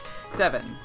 Seven